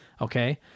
Okay